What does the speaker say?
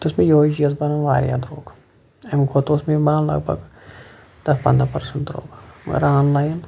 اوس مےٚ یُہے چیٖز بَنان واریاہ درۄگ امہ کھۄتہٕ اوس مےٚ یہِ بَنان لَگ بگ دَہ پَنٛدَہ پٔرسنٹ درۄگ مَگَر آن لاین